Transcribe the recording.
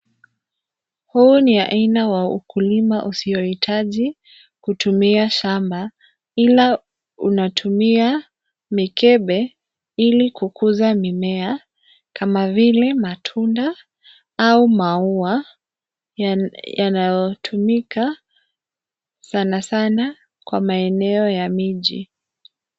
Huu ni aina wa ukulima usiohitaji kutumia shamba ila unatumia mikebe ili kukuza mimea, kama vile matunda au maua yanayotumika sana sana kwa maeneo ya miji.